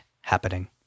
happening